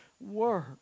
work